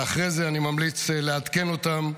ואחרי זה אני ממליץ לעדכן אותן,